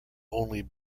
only